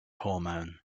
hormone